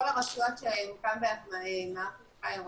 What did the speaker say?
הרשויות שהוקם בהן מערך אכיפה עירונית.